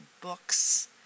books